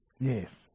Yes